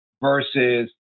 versus